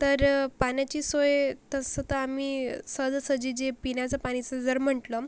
तर पाण्याची सोय तसं तर आम्ही सहजासहजी जे पिण्याचं पाणीचं जर म्हटलं